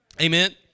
Amen